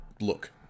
look